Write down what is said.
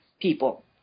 people